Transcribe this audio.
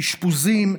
אשפוזים,